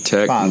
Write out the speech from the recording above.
Tech